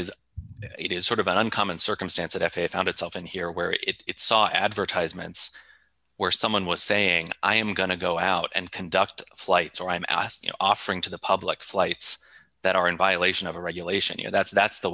is it is sort of an uncommon circumstance that f a a found itself in here where it saw advertisements where someone was saying i am going to go out and conduct flights or i'm offering to the public flights that are in violation of a regulation you know that's that's the